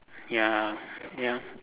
ya ya